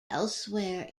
elsewhere